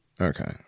okay